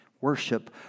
worship